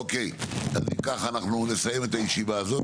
אוקיי, אז אם כך, אנחנו נסיים את הישיבה הזאת.